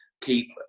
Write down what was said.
keep